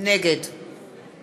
נגד